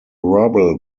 rubble